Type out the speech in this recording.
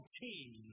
team